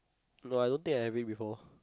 no I don't think I have it before